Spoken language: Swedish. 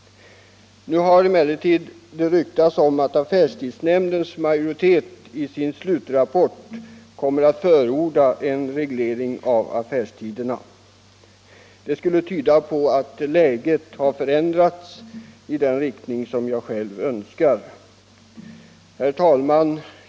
Nu har det emellertid ryktats om att affärstidsnämndens majoritet i sin slutrapport kommer att förorda en reglering av affärstiderna. Det skulle tyda på att läget har förändrats i den riktning som jag själv önskar. Herr talman!